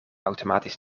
automatisch